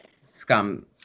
scum